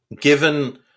Given